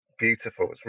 beautiful